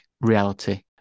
reality